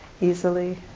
easily